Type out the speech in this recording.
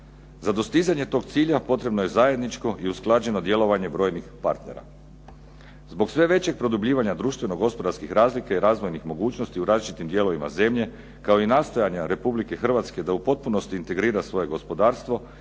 Za dostizanje tog cilja potrebno je zajedničko i usklađeno djelovanje brojnih partnera. Zbog sve većeg produbljivanja društveno gospodarskih razlika i razvojnih mogućnosti u različitim dijelovima zemlje, kao i nastojanja Republike Hrvatske da u potpunosti integrira svoje gospodarstvo